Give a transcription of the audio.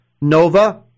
Nova